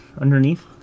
underneath